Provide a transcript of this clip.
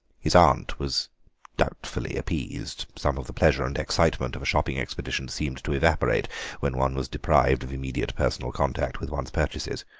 his aunt was doubtfully appeased some of the pleasure and excitement of a shopping expedition seemed to evaporate when one was deprived of immediate personal contact with one's purchases.